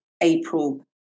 April